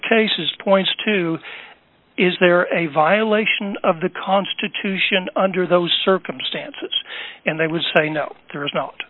cases points to is there a violation of the constitution under those circumstances and they would say no there is not